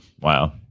Wow